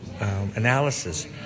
analysis